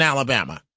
Alabama